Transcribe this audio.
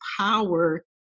power